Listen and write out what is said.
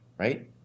right